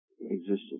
existence